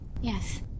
Yes